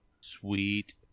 Sweet